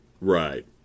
Right